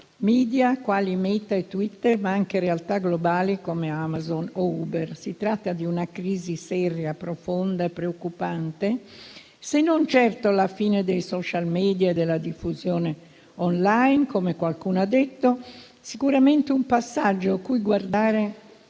*media* quali Meta e Twitter, ma anche realtà globali come Amazon o Uber. Si tratta di una crisi seria, profonda e preoccupante, se non certo la fine dei *social media* e della diffusione *online*, come qualcuno ha detto, sicuramente un passaggio a cui guardare